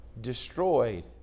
destroyed